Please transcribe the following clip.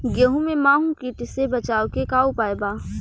गेहूँ में माहुं किट से बचाव के का उपाय बा?